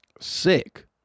sick